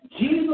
Jesus